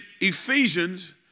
Ephesians